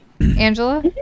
Angela